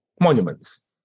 Monuments